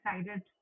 excited